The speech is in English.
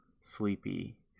sleepy